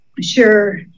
Sure